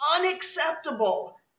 unacceptable